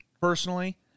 personally